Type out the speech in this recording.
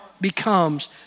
becomes